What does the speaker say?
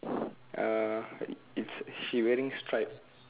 uh is she wearing stripe